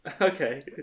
Okay